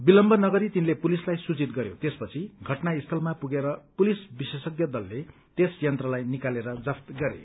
ढिलाई नगरी तिनले पुलिसलाई सूचित गरयो त्यसपछि घटनास्थलमा पुगेर पुलिस विशेषज्ञ दलले त्यस यन्त्रलाई निकालेर जफ्त गरे